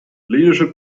leadership